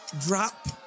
drop